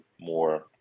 more